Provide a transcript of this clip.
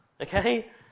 Okay